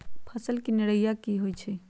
फसल के निराया की होइ छई?